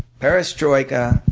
paris troika,